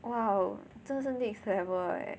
!wow! 真的是 next level leh